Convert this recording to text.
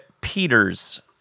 Peters